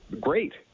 great